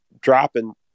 dropping